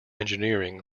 engineering